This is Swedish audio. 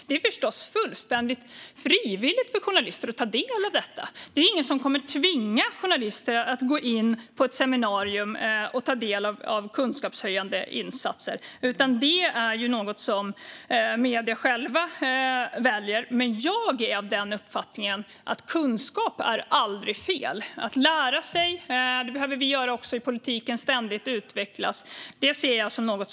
Det är givetvis helt frivilligt för journalister att ta del av detta. Det är ingen som kommer att tvinga journalister att delta i ett seminarium och ta del av kunskapshöjande insatser, utan det är något som medierna själva väljer. Jag är dock av den uppfattningen att kunskap aldrig är fel. Vi behöver ständigt lära oss och utvecklas, också i politiken.